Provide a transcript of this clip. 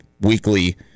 weekly